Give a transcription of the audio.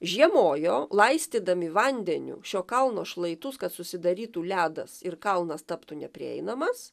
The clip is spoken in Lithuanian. žiemojo laistydami vandeniu šio kalno šlaitus kad susidarytų ledas ir kalnas taptų neprieinamas